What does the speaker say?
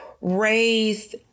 raised